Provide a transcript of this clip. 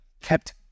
kept